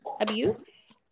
abuse